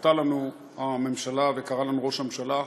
שכרתה לנו הממשלה וכרה לנו ראש הממשלה,